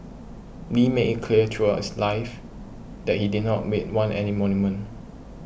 Lee made it clear throughout his life that he did not admit want any monument